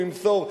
הוא ימסור,